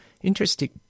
Interesting